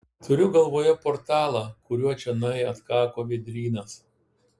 turiu galvoje portalą kuriuo čionai atkako vėdrynas